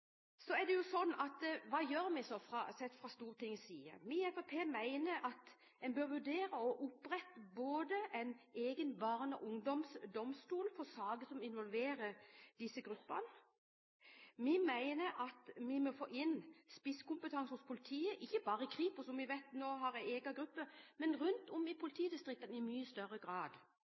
Hva gjør vi så fra Stortingets side? Vi i Fremskrittspartiet mener at en bør vurdere å opprette en egen barne- og ungdomsdomstol for saker som involverer disse gruppene. Vi mener at vi må få inn spisskompetanse hos politiet – ikke bare i Kripos, som vi nå vet har en egen gruppe, men rundt om i politidistriktene i mye større grad.